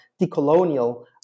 decolonial